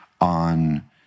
on